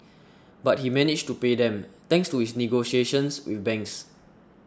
but he managed to pay them thanks to his negotiations with banks